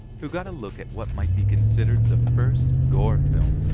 who got a look at what might be considered the first gore film.